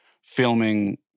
Filming